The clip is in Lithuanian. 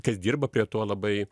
kas dirba prie to labai